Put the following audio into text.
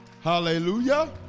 Hallelujah